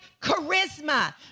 charisma